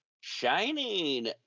shining